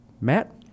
Matt